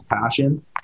passion